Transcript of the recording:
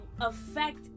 affect